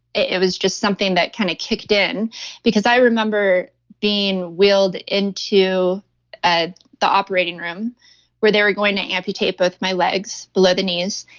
it was just something that kind of kicked in because i remember being wheeled into ah the operating room where they were going to amputate both my legs, below the knees,